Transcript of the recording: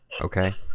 Okay